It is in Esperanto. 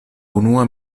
unua